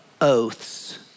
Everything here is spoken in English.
oaths